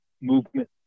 movement